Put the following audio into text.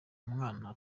umwuma